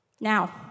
Now